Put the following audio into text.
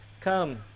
come